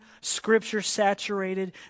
scripture-saturated